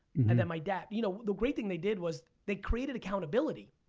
and then my dad. you know the great thing they did was they created accountability.